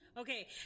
Okay